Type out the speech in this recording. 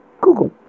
Google